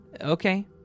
Okay